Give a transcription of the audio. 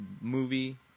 movie